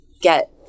get